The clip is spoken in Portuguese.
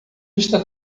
está